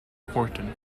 horton